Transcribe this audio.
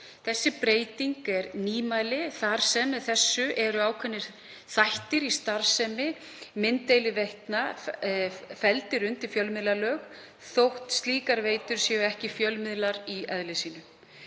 Sú breyting er nýmæli þar sem með því eru ákveðnir þættir í starfsemi mynddeiliveitna felldir undir fjölmiðlalög þótt slíkar veitur séu ekki fjölmiðlar í eðli sínu.